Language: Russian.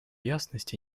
ясности